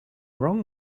wrong